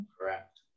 correct